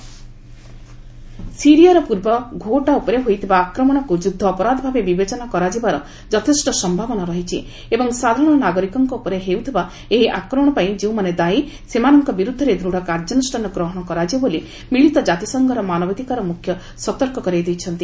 UN Syria ସିରିଆର ପୂର୍ବ Ghouta ଉପରେ ହୋଇଥିବା ଆକ୍ରମଣକୁ ଯୁଦ୍ଧ ଅପରାଧ ଭାବେ ବିବେଚନା କରାଯିବାର ଯଥେଷ୍ଟ ସମ୍ଭାବନା ରହିଛି ଏବଂ ସାଧାରଣ ନାଗରିକଙ୍କ ଉପରେ ହେଉଥିବା ଏହି ଆକ୍ରମଣ ପାଇଁ ଯେଉଁମାନେ ଦାୟି ସେମାନଙ୍କ ବିରୁଦ୍ଧରେ ଦୃଢ଼ କାର୍ଯ୍ୟାନୁଷ୍ଠାନ ଗ୍ରହଣ କରାଯିବ ବୋଲି ମିଳିତ ଜାତିସଂଘର ମାନବାଧିକାର ମ୍ରଖ୍ୟ ସତର୍କ କରାଇ ଦେଇଛନ୍ତି